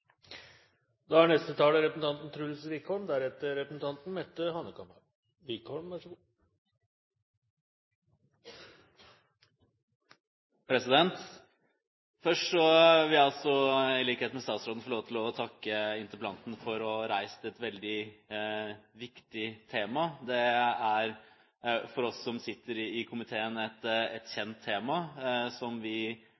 Først vil jeg i likhet med statsråden få lov til å takke interpellanten for å ha reist et veldig viktig tema. Det er for oss som sitter i komiteen, et